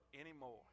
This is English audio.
anymore